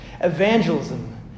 Evangelism